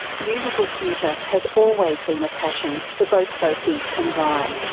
musical theatre has always been a passion for both sophie, and ryan.